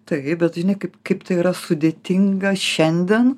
taip bet žinai kaip kaip tai yra sudėtinga šiandien